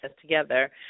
together